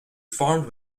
farmed